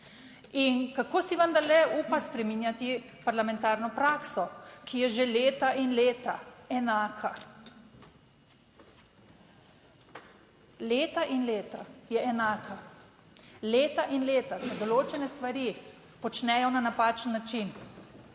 in kako si vendarle upa spreminjati parlamentarno prakso, ki je že leta in leta enaka, leta in leta je enaka, leta in leta se določene stvari počnejo na napačen način,